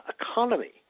economy